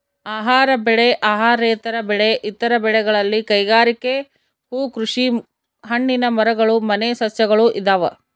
ಆಹಾರ ಬೆಳೆ ಅಹಾರೇತರ ಬೆಳೆ ಇತರ ಬೆಳೆಗಳಲ್ಲಿ ಕೈಗಾರಿಕೆ ಹೂಕೃಷಿ ಹಣ್ಣಿನ ಮರಗಳು ಮನೆ ಸಸ್ಯಗಳು ಇದಾವ